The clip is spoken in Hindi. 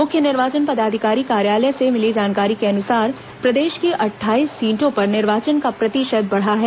मुख्य निर्वाचन पदाधिकारी कार्यालय से मिली जानकारी के अनुसार प्रदेश की अट्ठाईस सीटों पर निर्वाचन का प्रतिशत बढ़ा है